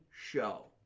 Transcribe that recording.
show